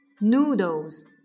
Noodles